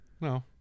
No